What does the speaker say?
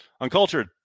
Uncultured